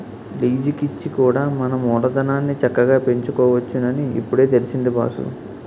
లీజికిచ్చి కూడా మన మూలధనాన్ని చక్కగా పెంచుకోవచ్చునని ఇప్పుడే తెలిసింది బాసూ